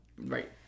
Right